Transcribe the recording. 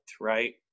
right